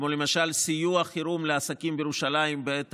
כמו למשל סיוע חירום לעסקים בירושלים בעת